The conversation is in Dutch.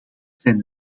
zijn